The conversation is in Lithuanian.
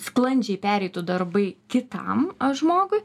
sklandžiai pereitų darbai kitam žmogui